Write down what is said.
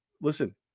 listen